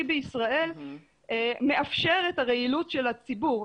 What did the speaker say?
בישראל מאפשר את הרעילות של הציבור.